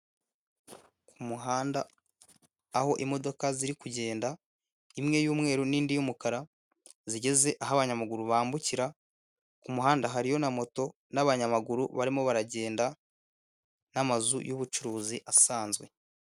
Ku muhanda aho imodoka ziri kugenda, imwe y'umweru n'indi y'umukara zigeze aho abanyamaguru bambukira, ku muhanda hariyo na moto n'abanyamaguru barimo baragenda n'amazu y'ubucuruzi asanzwe.